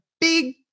big